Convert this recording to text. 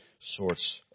sorts